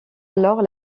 alors